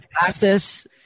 access